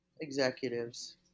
executives